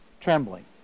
trembling